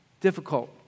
Difficult